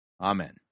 amen